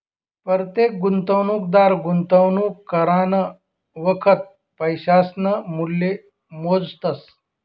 परतेक गुंतवणूकदार गुंतवणूक करानं वखत पैसासनं मूल्य मोजतस